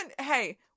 Hey